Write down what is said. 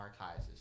archives